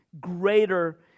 greater